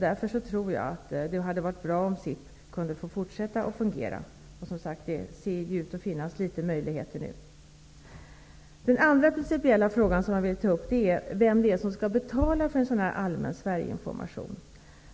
Därför tror jag att det hade varit bra om SIP kunde få fortsätta att fungera. Som sagt ser det ut att finnas litet möjligheter nu. Den andra principiella frågan som jag vill ta upp är vem som skall betala för en allmän Sverigeinformation.